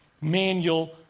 manual